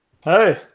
Hey